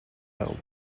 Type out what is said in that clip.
held